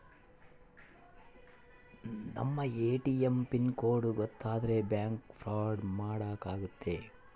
ನಮ್ ATM pin code ಗೊತ್ತಾದ್ರೆ bank fraud ಮಾಡಾಕ ಆಗುತ್ತೆ